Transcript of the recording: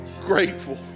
grateful